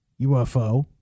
UFO